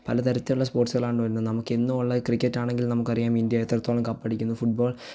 പല തരത്തിലുള്ള സ്പോർട്സുകളാണ് വരുന്നത് നമുക്ക് എന്നുമുള്ള ക്രിക്കറ്റ് ആണെങ്കിൽ നമുക്കറിയാം ഇന്ത്യ എത്രത്തോളം കപ്പ് അടിക്കുമെന്നു ഫുട്ബോൾ